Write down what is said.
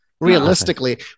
realistically